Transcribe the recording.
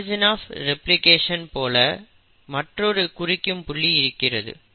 origin of replication போல மற்றொரு குறிக்கும் புள்ளி இருக்கிறது